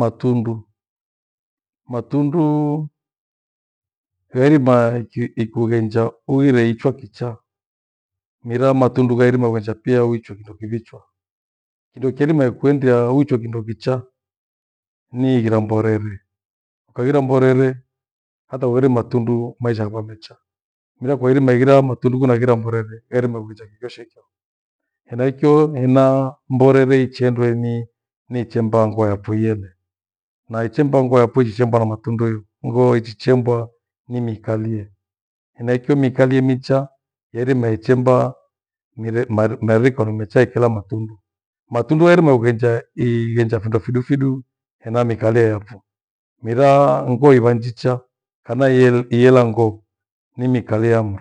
Matundu, matundu ghairima iki- ikughenja uirwe ichwa kichaa. Mira matundu gwairima ughenja pia uwichwa kindo kiwichwa. Kindo kyaharima ikuendia kichwe kindo kichaa ni ighira mborere. Ukaghera mborere hata uheri matundu maisha yakwa mecha. Mira kwairima ighira matundu kunaghira mborere yairima vunja kikoshekiao. Henachio henaa mborere ichiendwe ni nichemba ngoo yapho iyele. Naa ichemba ngoo yapho ichichembwa na matundu yo, ngoo ichichembwa ni mikalie. Henachio mikalie micha yairima ichemba, mire mari- ndarikono mecha ikila matundu. Matundu yairima ughenja i- ingenja findo fidu fidu hena miikalie yapho mera ngoo iwa njicha hana hi- hiyela ngoo ni mikalie amwe.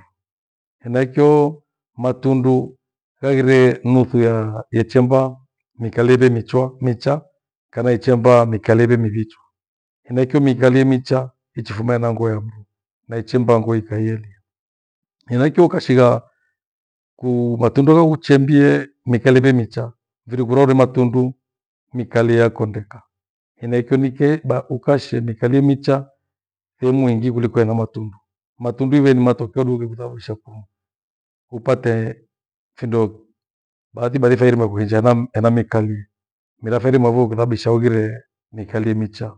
Henachio matundu ghahire nuthu ya chemba mikalie ve michwa micha, kana ichemba mikalie ive mivichwa. Henaicho miikalie micha ichufuma hena ngoo ya mndu na ichemba ngoo ikaie ieliye. Henaicho ukashigha ku- matundu yakakuchembie mikalie ve micha, viri kuroure matundu mii kalie ya kondeka. Henaicho nikee ba ukashe niikalia micha, thehemu ingi kuliko hena matundu. Matundu iwe ni matokeo dughe kuthaosha kwangu upate findo baathi baathi fehirima kuhinja nam enamikalie. Mera feirima mavogho kuthababisha ughire mikalia micha.